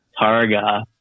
Targa